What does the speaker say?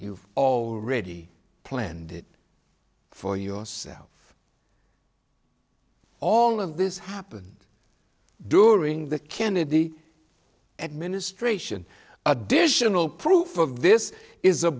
you've of already planned it for yourself all of this happened during the kennedy administration additional proof of this is a